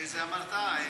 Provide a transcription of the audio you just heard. איזה אמרת?